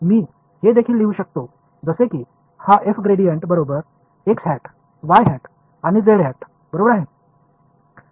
मी हे देखील लिहू शकतो जसे की हा f ग्रेडियंट बरोबर x हॅट y हॅट आणि z हॅट बरोबर आहे